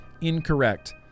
Incorrect